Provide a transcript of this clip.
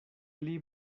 pli